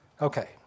Okay